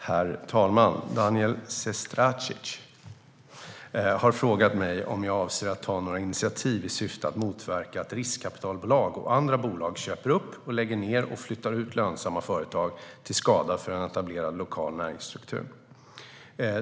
Herr talman! Daniel Sestrajcic har frågat mig om jag avser att ta några initiativ i syfte att motverka att riskkapitalbolag och andra bolag köper upp, lägger ned och flyttar ut lönsamma företag, till skada för en etablerad lokal näringsstruktur.